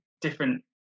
different